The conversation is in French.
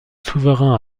souverain